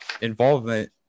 involvement